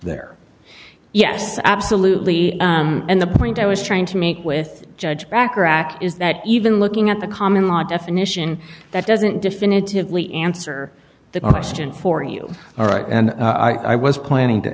there yes absolutely and the point i was trying to make with judge bacharach is that even looking at the common law definition that doesn't definitively answer the question for you all right and i was planning to